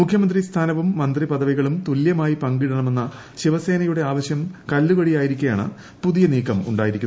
മുഖ്യമന്ത്രി ്സ്ഥാനവും മന്ത്രിപദവികളും തുല്യമായി പങ്കിടണമെന്ന ശിവസേനയുടെ ആവശ്യം കല്ലുകടിയായിരിക്കെയാണ് പുതിയ നീക്കമുണ്ടായത്